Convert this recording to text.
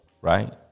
right